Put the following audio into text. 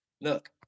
Look